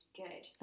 good